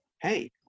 hey